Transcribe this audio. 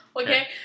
okay